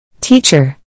Teacher